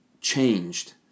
changed